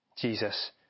Jesus